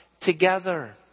together